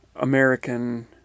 American